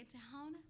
down